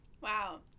Wow